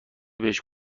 بهش